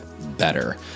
better